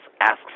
asks